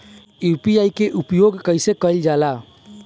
UPI के उपयोग कइसे कइल जाला?